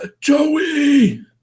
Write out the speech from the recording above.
Joey